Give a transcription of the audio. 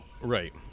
Right